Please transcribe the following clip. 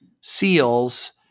seals